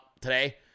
today